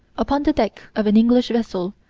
upon the deck of an english vessel,